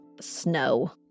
snow